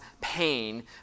pain